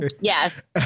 yes